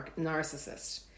narcissist